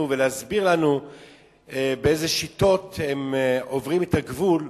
ולהסביר לנו באיזה שיטות הם עוברים את הגבול,